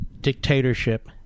dictatorship